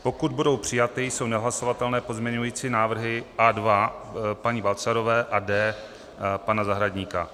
Pokud budou přijaty, jsou nehlasovatelné pozměňující návrhy A2 paní Balcarové a D pana Zahradníka.